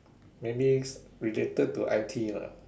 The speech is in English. maybe related to I_T lah